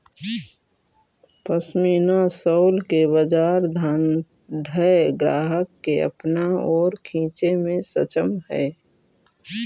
pashmina shawl के बाजार धनाढ्य ग्राहक के अपना ओर खींचे में सक्षम हई